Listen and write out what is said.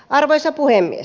arvoisa puhemies